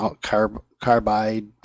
carbide